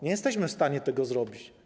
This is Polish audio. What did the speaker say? Nie jesteśmy w stanie tego zrobić.